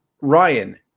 Ryan